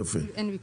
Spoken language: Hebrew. יפה.